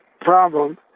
problem